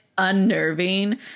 Unnerving